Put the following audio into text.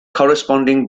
corresponding